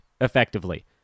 effectively